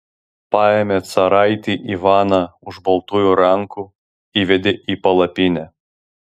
paėmė caraitį ivaną už baltųjų rankų įvedė į palapinę